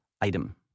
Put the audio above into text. item